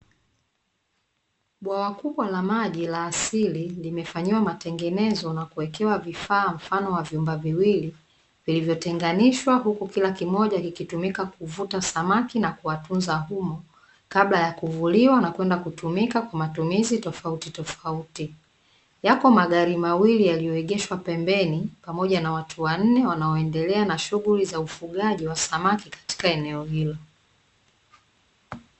Bwawa kubwa la maji la asili, limefanyiwa matengenezo na kuwekewa vifaa mfano wa vyumba viwili vilivyotenganishwa. Huku kila kimoja kikitumika kuvuta samaki, na kuwatunza humo kabla ya kuvuliwa na kwenda kutumika kwa matumizi tofautitofauti. Yako magari mawili yaliyoegeshwa pembeni, pamoja na watu wanne wanaoendelea na shughuli za ufugaji wa samaki katika eneo hilo.